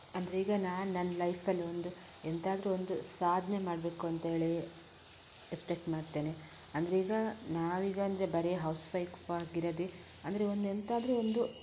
ಅಂದರೀಗ ನಾನು ನನ್ನ ಲೈಫಲ್ಲೊಂದು ಎಂಥಾದ್ರೂ ಒಂದು ಸಾಧನೆ ಮಾಡಬೇಕು ಅಂತ ಹೇಳಿ ಎಸ್ಪೆಕ್ಟ್ ಮಾಡ್ತೇನೆ ಅಂದರೀಗ ನಾವೀಗ ಅಂದರೆ ಬರೀ ಹೌಸ್ವೈಫ್ ಆಗಿರದೆ ಅಂದರೆ ಒಂದೆಂತಾದ್ರೂ ಒಂದು